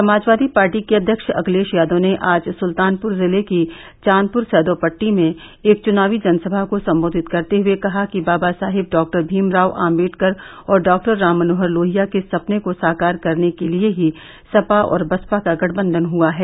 Samajwadi party के अध्यक्ष अखिलेष यादव ने आज सुल्तानपुर जिले की चांदपुर सैदो पट्टी में एक चुनावी जनसभा को सम्बोधित करते हुये कहा कि बाबा साहेब डॉक्टर भीमराव आम्बेडकर और डॉक्टर राम मनोहर लोहिया के सपने को साकार करने के लिये ही सपा और बसपा का गठबंधन हुआ है